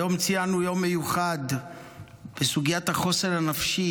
היום ציינו יום מיוחד בסוגיית החוסן הנפשי